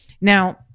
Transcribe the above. Now